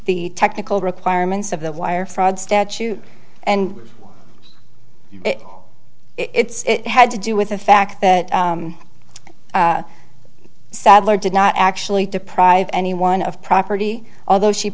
the technical requirements of the wire fraud statute and it's had to do with the fact that sadler did not actually deprive anyone of property although she